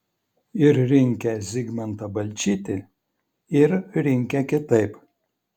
ir rinkę zigmantą balčytį ir rinkę kitaip